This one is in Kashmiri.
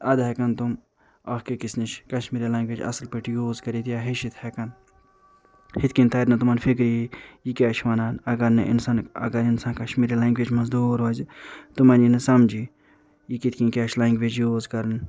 ادٕ ہیٚکن تِم اکھ أکِس نِش کشمیری لنٛگویج اصٕل پٲٹھۍ یوٗز کٔرِتھ یا ہیٚچھتھ ہیٚکن یِتھ کٔنۍ ترِ نہٕ تِمن فِکرے یہِ کیٛاہ چھُ وَنان اگر نہٕ اِنسان اگر اِنسان کشمیٖری لنٛگویج منٛز دوٗر روزِ تِمن یی نہٕ سمجھی یہِ کِتھ کٔنۍ یا چھِ لنٛگویج یوٗز کَرٕنۍ